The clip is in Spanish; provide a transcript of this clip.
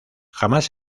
jamás